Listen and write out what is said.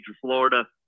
Florida